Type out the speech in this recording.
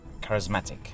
charismatic